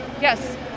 Yes